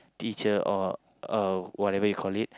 teacher or uh whatever you call it